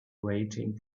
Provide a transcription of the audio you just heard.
waiting